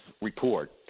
report